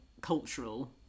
cultural